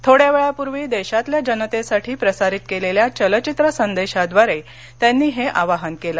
थोड्या वेळापूर्वी देशातल्या जनतेसाठी प्रसारित केलेल्या चलचित्र संदेशाद्वारे त्यांनी हे आवाहन केलं